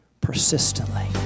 persistently